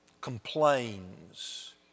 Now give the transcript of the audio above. complains